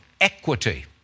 equity